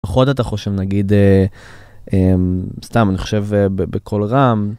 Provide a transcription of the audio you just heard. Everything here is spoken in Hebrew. אחות אתה חושב נגיד, א..אמ.. סתם אני חושב בקול רם.